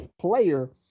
player